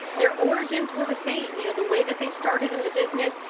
their origins were the same, you know the way that they started in the business,